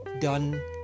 done